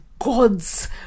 God's